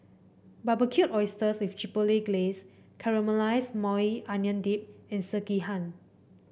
Barbecued Oysters with Chipotle Glaze Caramelized Maui Onion Dip and Sekihan